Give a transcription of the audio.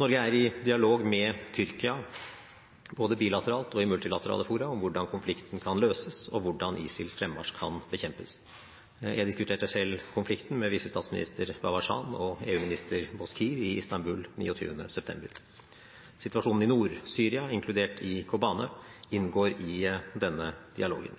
Norge er i dialog med Tyrkia både bilateralt og i multilaterale fora om hvordan konflikten kan løses, og hvordan ISILs fremmarsj kan bekjempes. Jeg diskuterte selv konflikten med visestatsminister Babacan og EU-minister Bozkir i Istanbul 29. september. Situasjonen i Nord-Syria, inkludert i Kobanê, inngår i denne dialogen.